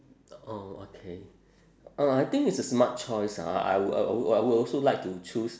oh okay uh I think it's a smart choice ah I would I would I would also like to choose